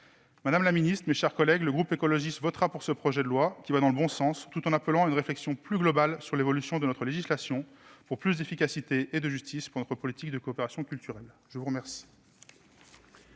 Madame la ministre, mes chers collègues, le groupe écologiste votera ce projet de loi, qui va dans le bon sens, tout en appelant à une réflexion plus globale sur l'évolution de notre législation, pour plus d'efficacité et de justice dans notre politique de coopération culturelle. La parole